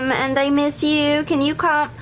um and i miss you. can you come,